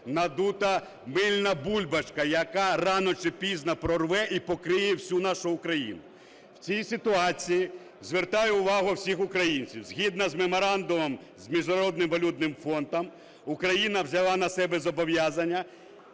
надута мильна бульбашка, яка рано чи пізно прорве і покриє всю нашу Україну. В цій ситуації звертаю увагу всіх українців, згідно з меморандумом з Міжнародним валютним фондом Україна взяла на себе зобов'язання